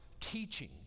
teaching